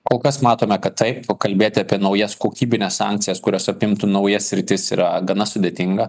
kol kas matome kad taip kalbėti apie naujas kokybines sankcijas kurios apimtų naujas sritis yra gana sudėtinga